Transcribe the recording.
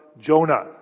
Jonah